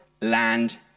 land